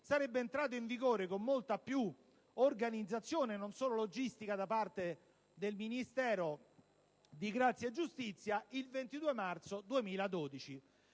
sarebbe entrato in vigore con molta più organizzazione, non solo logistica, da parte del Ministero della giustizia il 22 marzo 2012.